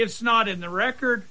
it's not in the record